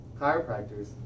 Chiropractors